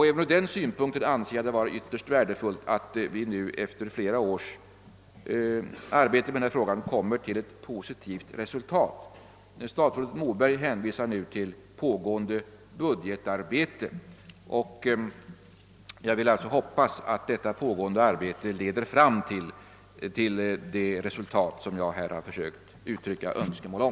Även ur den synpunkten anser jag det vara ytterst värdefullt att vi efter flera års arbete med denna fråga når ett positivt resultat. Statsrådet Moberg hänvisar nu till pågående budgetarbete, och jag hoppas att det arbetet leder fram till de resultat jag här uttryckt önskemål om.